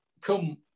come